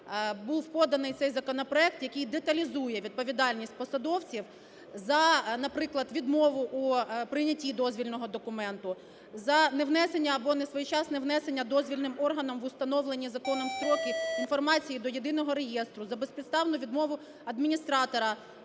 був поданий цей законопроект, який деталізує відповідальність посадовців за, наприклад, відмову у прийнятті дозвільного документу, за невнесення або за несвоєчасне внесення дозвільним органом в установлені законом строки інформацію до єдиного реєстру, за безпідставну відмову адміністратора